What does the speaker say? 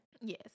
Yes